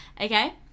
okay